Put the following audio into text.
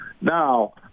now